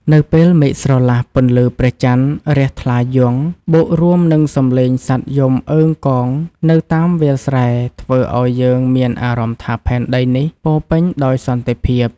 នៅពេលមេឃស្រឡះ ពន្លឺព្រះច័ន្ទរះថ្លាយង់ បូករួមនឹងសំឡេងសត្វយំអឺងកងនៅតាមវាលស្រែ ធ្វើឱ្យយើងមានអារម្មណ៍ថាផែនដីនេះពោរពេញដោយសន្តិភាព។